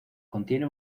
contiene